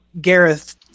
Gareth